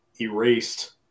erased